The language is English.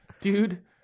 dude